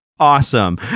Awesome